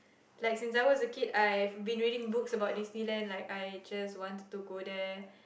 Like since I was a kid I've been reading books about Disneyland like I just wanted to go there